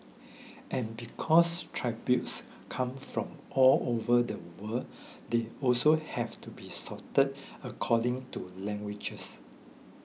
and because tributes come from all over the world they also have to be sorted according to languages